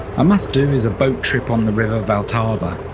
i must do is a boat trip on the river vltava.